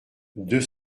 deux